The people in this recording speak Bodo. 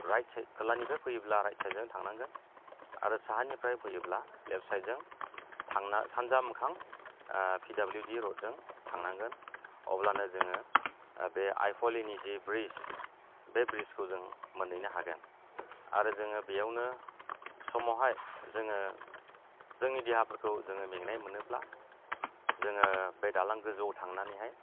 राइथ साइड खोलानिफ्राय फैयोब्ला राइथ साइडजों थांनांगोन आरो साहानिफ्राय फैयोब्ला लेफ्ट साइडजों थांना सानजा मोखां पि डाब्लिउ डि र'डजों थांनांगोन अब्लानो जोङो बे आइ फवालिनि जे ब्रिड्स बे ब्रिड्सखौ जों मोनैनो हागोन आरो जोङो बियावनो समावहाय जोङो जोंनि देहाफोरखौ जोङो मेंनाय मोनोब्ला जोङो बे दालां गोजौआव थांनानैहाय